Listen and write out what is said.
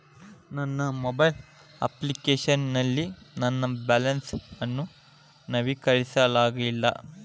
ನನ್ನ mobile application ನಲ್ಲಿ ನನ್ನ ಬ್ಯಾಲೆನ್ಸ್ ಅನ್ನು ನವೀಕರಿಸಲಾಗಿಲ್ಲ